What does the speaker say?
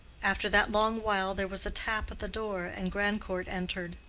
after that long while, there was a tap at the door and grandcourt entered,